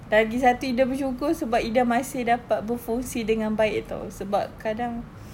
lagi satu ida bersyukur sebab ida masih dapat berfungsi dengan baik [tau] sebab kadang-kadang